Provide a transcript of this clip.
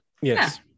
Yes